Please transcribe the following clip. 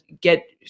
get